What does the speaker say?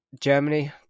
Germany